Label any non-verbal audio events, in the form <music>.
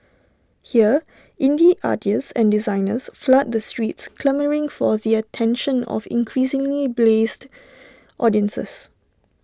here indie artists and designers flood the streets clamouring for the attention of increasingly blase <unintelligible> <noise> audiences